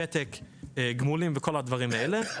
ותק גמולים וכל הדברים האלה,